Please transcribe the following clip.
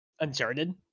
Uncharted